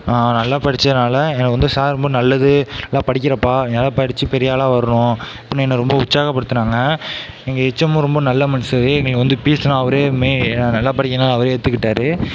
நான் நல்லா படித்ததுனால எனக்கு வந்து சார் வந்து ரொம்ப நல்லது நல்லா படிக்கிறப்பா நல்லா படித்து பெரிய ஆளாக வரணும் அப்படின்னு என்னை ரொம்ப உற்சாகபடுத்தினாங்க எங்கள் ஹெச்எம்மு ரொம்ப நல்ல மனுசன் எங்களுக்கு பீஸுலாம் அவரே நல்லா படிக்கிறதுனால அவரே ஏற்றுக்கிட்டாரு